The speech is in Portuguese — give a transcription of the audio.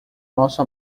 nosso